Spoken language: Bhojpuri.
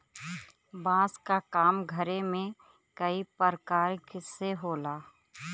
बांस क काम घरे में कई परकार से होला